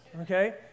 okay